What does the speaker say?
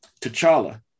t'challa